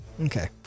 Okay